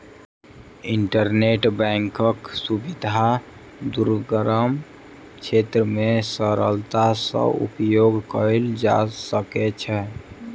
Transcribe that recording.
internet बैंकक सुविधा दुर्गम क्षेत्र मे सरलता सॅ उपयोग कयल जा सकै छै